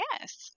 yes